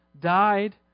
died